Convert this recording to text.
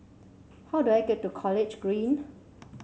how do I get to College Green